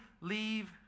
leave